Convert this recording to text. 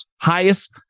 Highest